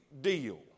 deal